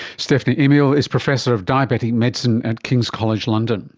stephanie amiel is professor of diabetic medicine at king's college london